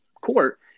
court